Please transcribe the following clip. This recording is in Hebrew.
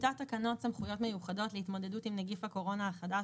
טיוטת תקנות סמכויות מיוחדות להתמודדות עם נגיף הקורונה החדש